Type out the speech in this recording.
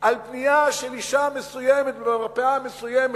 על פנייה של אשה מסוימת ממרפאה מסוימת,